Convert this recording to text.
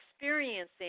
experiencing